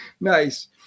nice